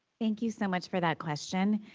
thank you so much for that question.